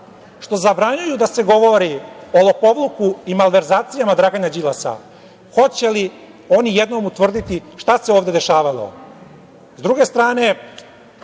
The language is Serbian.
što zabranjuju da se govori o lopovluku i malverzacijama Dragana Đilasa, hoće li oni jednom utvrditi šta se ovde dešavalo. Sa